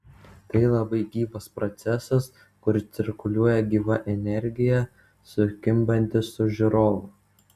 tai labai gyvas procesas kur cirkuliuoja gyva energija sukimbanti su žiūrovu